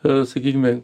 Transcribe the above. a sakykime